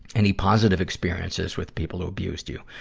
any positive experiences with people who've abused you?